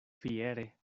fiere